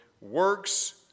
works